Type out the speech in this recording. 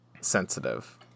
sensitive